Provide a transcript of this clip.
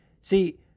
see